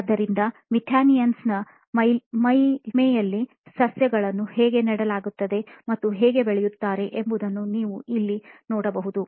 ಆದ್ದರಿಂದ ಮೆಥಾನಿಯನ್ನರ ಮೇಲ್ಮೈಯಲ್ಲಿ ಸಸ್ಯಗಳನ್ನು ಹೇಗೆ ನೆಡಲಾಗುತ್ತದೆ ಮತ್ತು ಹೇಗೆ ಬೆಳೆಯುತ್ತಾರೆ ಎಂಬುದನ್ನು ನೀವು ಇಲ್ಲಿ ನೋಡಬಹುದು